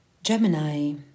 Gemini